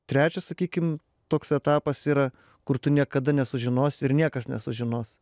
trečias sakykim toks etapas yra kur tu niekada nesužinos ir niekas nesužinos